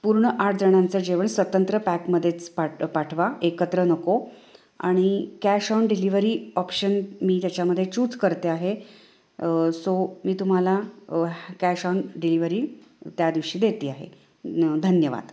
पूर्ण आठ जणांचं जेवण स्वतंत्र पॅकमध्येच पाट पाठवा एकत्र नको आणि कॅश ऑन डिलिव्हरी ऑप्शन मी त्याच्यामध्ये चूज करते आहे सो मी तुम्हाला कॅश ऑन डिलिव्हरी त्या दिवशी देते आहे न धन्यवाद